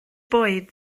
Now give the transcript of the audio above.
bwyd